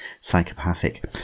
psychopathic